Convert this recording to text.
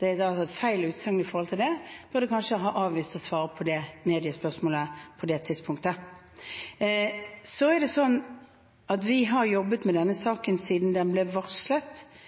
Det var feil utsagn med tanke på det, og han burde kanskje ha avvist å svare på det mediespørsmålet på det tidspunktet. Det er sånn at vi har jobbet med denne